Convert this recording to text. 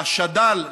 השד"ל,